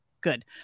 good